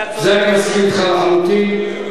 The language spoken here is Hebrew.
אתה צודק.